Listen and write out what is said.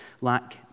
lack